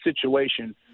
situation